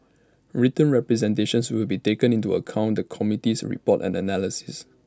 written representations will be taken into account the committee's report and analysis